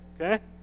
Okay